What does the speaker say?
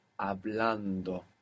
hablando